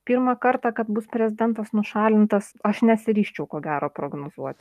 pirmą kartą kad bus prezidentas nušalintas aš nesiryžčiau ko gero prognozuot